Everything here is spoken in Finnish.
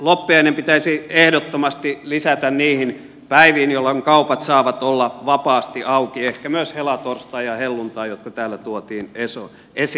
loppiainen pitäisi ehdottomasti lisätä niihin päiviin jolloin kaupat saavat olla vapaasti auki ehkä myös helatorstai ja helluntai jotka täällä tuotiin esiin